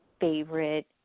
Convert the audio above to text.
favorite